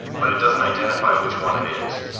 but it doesn't identify which one it is.